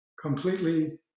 completely